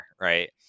right